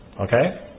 Okay